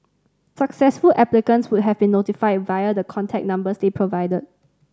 successful applicants would have been notified via the contact numbers they provided